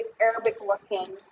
Arabic-looking